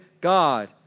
God